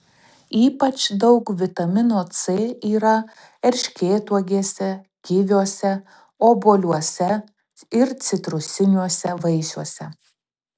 ypač daug vitamino c yra erškėtuogėse kiviuose obuoliuose ir citrusiniuose vaisiuose